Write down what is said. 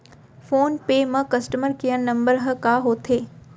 Phone पे म customer care number ह का होथे?